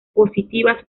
positivas